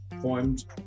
poems